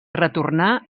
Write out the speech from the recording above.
retornà